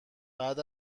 بعد